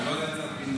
לא היה צו פינוי.